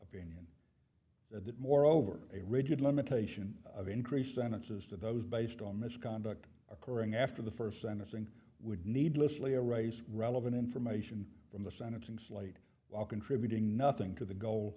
opinion that moreover a rigid limitation of increase sentences to those based on misconduct occurring after the first sentencing would needlessly arrays relevant information from the sentencing slate while contributing nothing to the goal